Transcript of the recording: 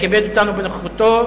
כיבדו אותנו בנוכחותם,